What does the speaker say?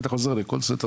כי אתה חוזר ל-call center,